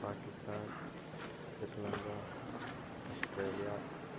Pakistan Sri Lanka Australia